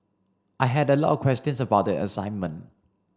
I had a lot questions about the assignment